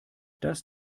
das